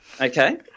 okay